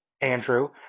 Andrew